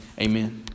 amen